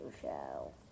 show